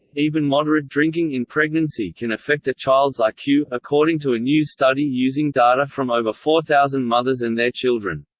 even moderate drinking in pregnancy can affect a child's like iq, according to a new study using data from over four thousand mothers and their children.